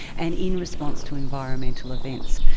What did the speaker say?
and in response to environmental events.